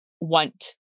want